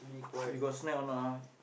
you got snack or not ah